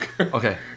okay